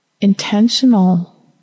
intentional